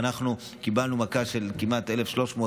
אנחנו קיבלנו מכה של כמעט 1,300,